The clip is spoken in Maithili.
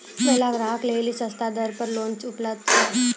महिला ग्राहक लेली सस्ता दर पर लोन उपलब्ध छै?